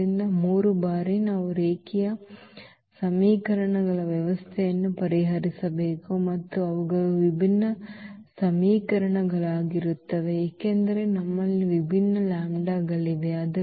ಆದ್ದರಿಂದ 3 ಬಾರಿ ನಾವು ರೇಖೀಯ ಸಮೀಕರಣಗಳ ವ್ಯವಸ್ಥೆಯನ್ನು ಪರಿಹರಿಸಬೇಕು ಮತ್ತು ಅವುಗಳು ವಿಭಿನ್ನ ಸಮೀಕರಣಗಳಾಗಿರುತ್ತವೆ ಏಕೆಂದರೆ ನಮ್ಮಲ್ಲಿ ವಿಭಿನ್ನ ಲ್ಯಾಂಬ್ಡಾಗಳಿವೆ